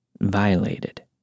violated